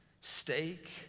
Steak